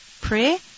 pray